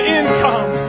income